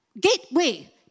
gateway